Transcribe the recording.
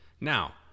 Now